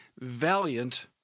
valiant